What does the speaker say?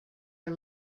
are